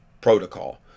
protocol